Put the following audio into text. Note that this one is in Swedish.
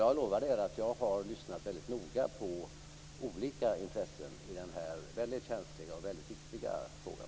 Jag lovar er att jag har lyssnat noga på olika intressen i den här väldigt känsliga och väldigt viktiga frågan.